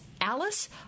Alice